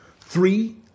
Three